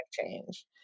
change